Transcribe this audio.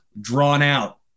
drawn-out